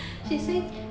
uh